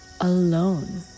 alone